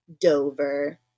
Dover